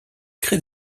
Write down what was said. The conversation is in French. crée